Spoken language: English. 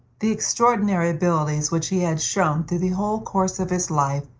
the extraordinary abilities which he had shown through the whole course of his life,